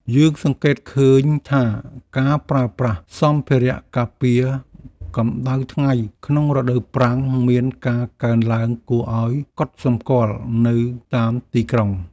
យើងសង្កេតឃើញថាការប្រើប្រាស់សម្ភារៈការពារកម្តៅថ្ងៃក្នុងរដូវប្រាំងមានការកើនឡើងគួរឱ្យកត់សម្គាល់នៅតាមទីក្រុង។